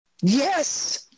yes